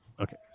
Okay